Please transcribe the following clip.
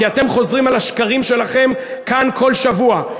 כי אתם חוזרים על השקרים שלכם כאן כל שבוע,